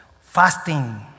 fasting